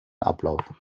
ablauf